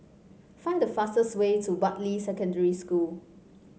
find the fastest way to Bartley Secondary School